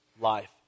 life